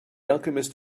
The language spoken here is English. alchemist